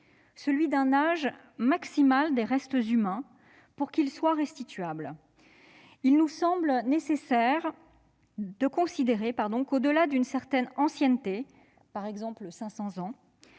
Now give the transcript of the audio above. celui d'un âge maximal des restes humains, pour que ceux-ci soient restituables. Il nous semble nécessaire de considérer qu'au-delà d'une certaine ancienneté, par exemple cinq